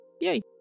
Yay